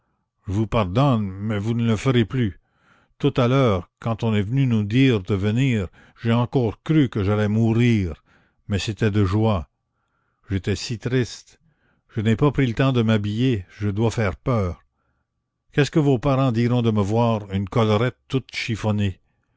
je vous pardonne mais vous ne le ferez plus tout à l'heure quand on est venu nous dire de venir j'ai encore cru que j'allais mourir mais c'était de joie j'étais si triste je n'ai pas pris le temps de m'habiller je dois faire peur qu'est-ce que vos parents diront de me voir une collerette toute chiffonnée